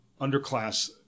underclass